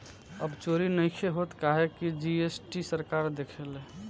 अब चोरी नइखे होत काहे की जी.एस.टी सरकार देखेले